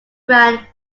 grand